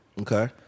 Okay